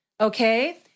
Okay